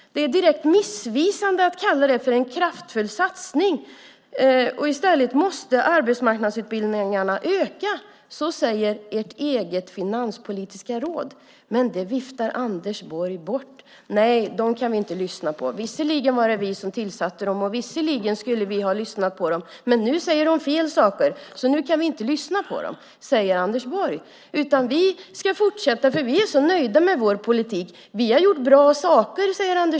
Det är direkt missvisande att kalla det för en kraftfull satsning. I stället måste arbetsmarknadsutbildningarna öka. Så säger ert eget finanspolitiska råd, men det viftar Anders Borg bort med: Nej, dem kan vi inte lyssna på. Visserligen var det vi som tillsatte dem och visserligen skulle vi ha lyssnat på dem, men nu säger de fel saker så nu kan vi inte lyssna på dem. Vi ska fortsätta, för vi är så nöjda med vår politik. Vi har gjort bra saker.